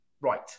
right